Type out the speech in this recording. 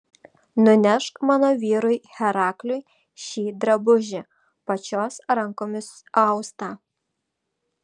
nunešk mano vyrui herakliui šį drabužį pačios rankomis austą